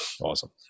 Awesome